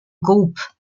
groupe